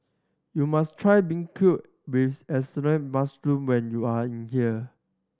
you must try beancurd with assorted mushroom when you are here